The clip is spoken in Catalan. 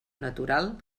natural